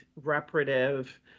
reparative